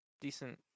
decent